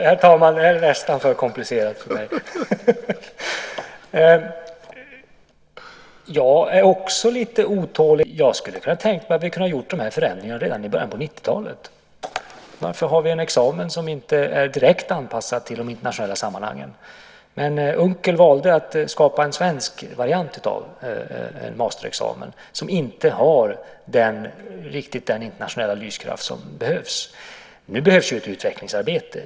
Herr talman! Det här är nästan för komplicerat för mig. Jag är också lite otålig i den meningen att jag hade kunnat tänka mig att vi hade gjort de här förändringarna redan i början av 90-talet. Varför har vi en examen som inte är direkt anpassad till de internationella sammanhangen? Unckel valde att skapa en svensk variant av masterexamen som inte riktigt har den internationella lyskraft som behövs. Nu behövs det ett utvecklingsarbete.